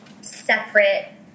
separate